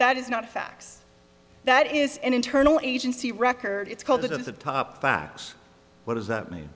that is not a fax that is an internal agency record it's called that of the top facts what does that mean